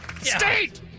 State